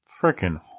freaking